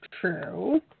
True